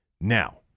Now